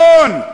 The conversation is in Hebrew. ופתרון,